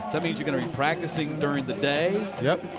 that means you're going to be practicing during the day. yep.